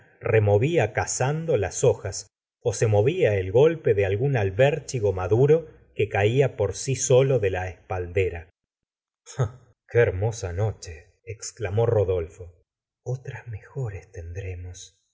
removía cazando las hojas ó se oia el golpe de algún albérchigo maduro que caia por si solo de la espaldera a h qué hermosa noche exclamó rodolfo otras mejores tendremos repuso